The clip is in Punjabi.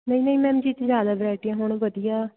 ਨਹੀਂ ਨਹੀਂ ਮੈਮ ਜਿੱਥੇ ਜ਼ਿਆਦਾ ਵਰਾਇਟੀਆਂ ਹੋਣ ਵਧੀਆ